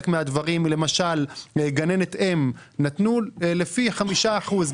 למשל גננת אם, נתנו לפי 5 אחוזים.